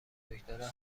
دکترا